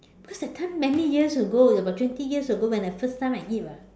because that time many years ago about twenty years ago when I first time I eat [what]